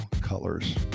colors